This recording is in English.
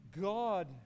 God